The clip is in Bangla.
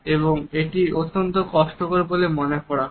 এবং এটি অত্যন্ত কষ্টকর বলে মনে হয়